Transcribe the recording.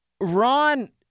Ron